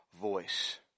voice